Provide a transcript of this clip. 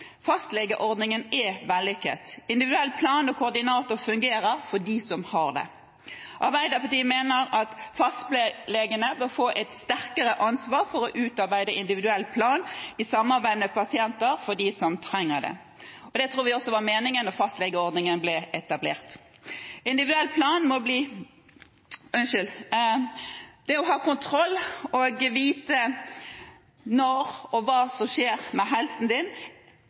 Fastlegeordningen er vellykket. Individuell plan og koordinator fungerer for dem som har det. Arbeiderpartiet mener at fastlegene bør få et større ansvar for å utarbeide individuell plan i samarbeid med pasienter, for dem som trenger det. Det tror vi også var meningen da fastlegeordningen ble etablert. Det å ha kontroll og vite når noe skjer, og hva som skjer, med